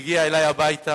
הגיע אלי הביתה